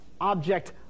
object